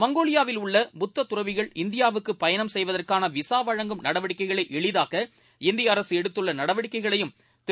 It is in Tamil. மங்கோலியாவில் உள்ள புத்ததுறவிகள் இந்தியாவுக்குப் பயணம் செய்வதற்கானவிசாவழங்கும் நடவடிக்கைகளைஎளிதாக்க இந்திய அரசுஎடுத்துள்ளநடவடிக்கைகளையும் திரு